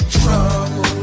trouble